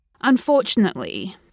Unfortunately